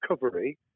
recovery